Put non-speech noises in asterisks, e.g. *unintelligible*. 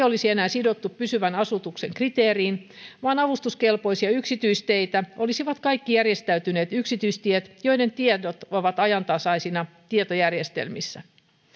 *unintelligible* olisi enää sidottu pysyvän asutuksen kriteeriin vaan avustuskelpoisia yksityisteitä olisivat kaikki järjestäytyneet yksityistiet joiden tiedot ovat ajantasaisina tietojärjestelmissä